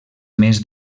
més